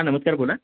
हा नमस्कार बोला